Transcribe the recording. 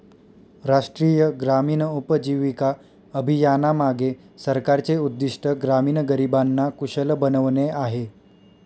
राष्ट्रीय ग्रामीण उपजीविका अभियानामागे सरकारचे उद्दिष्ट ग्रामीण गरिबांना कुशल बनवणे आहे